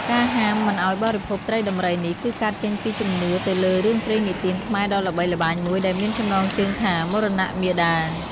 ការហាមមិនឱ្យបរិភោគត្រីដំរីនេះ គឺកើតចេញពីជំនឿទៅលើរឿងព្រេងនិទានខ្មែរដ៏ល្បីល្បាញមួយដែលមានចំណងជើងថា «មរណៈមាតា»។